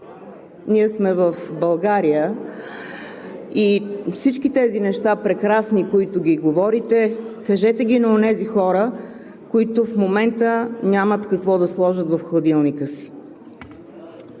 Ние сме в България и всички тези неща, прекрасни, които ги говорите – кажете ги на онези хора, които в момента нямат какво да сложат в хладилника си.